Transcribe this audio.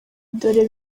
dore